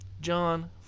John